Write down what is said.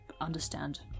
understand